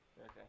Okay